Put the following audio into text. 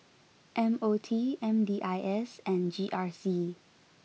M O T M D I S and G R C